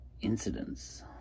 incidents